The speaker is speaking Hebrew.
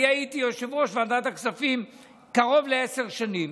אני הייתי יושב-ראש ועדת הכספים קרוב לעשר שנים